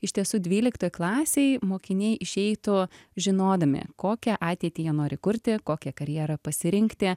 iš tiesų dvyliktoj klasėj mokiniai išeitų žinodami kokią ateitį jie nori kurti kokią karjerą pasirinkti